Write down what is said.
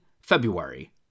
February